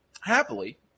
Happily